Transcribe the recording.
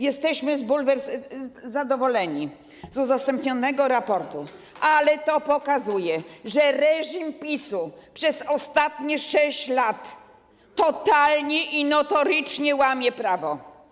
Jesteśmy zadowoleni z udostępnionego raportu, ale on pokazuje, że reżim PiS-u przez ostatnie 6 lat totalnie i notorycznie łamał prawo.